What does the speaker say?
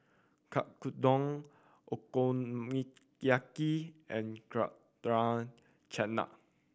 Oyakodon Okonomiyaki and Chutney